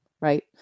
right